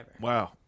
Wow